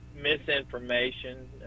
misinformation